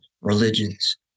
religions